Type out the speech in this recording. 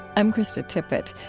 i'm krista tippett.